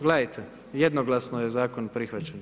Gledajte, jednoglasno je zakon prihvaćen.